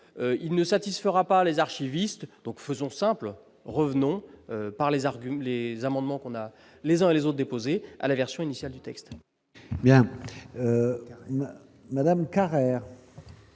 il ne satisfera pas les archivistes, donc faisons simple revenons par les arguments les amendements qu'on a, les uns et les autres déposées à la version initiale du texte.